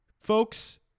folks